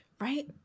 Right